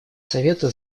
совета